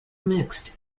mixed